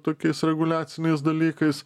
tokiais reguliaciniais dalykais